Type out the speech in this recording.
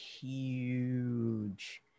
huge